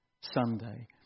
Sunday